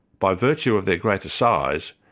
by virtue of their greater size,